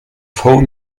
phone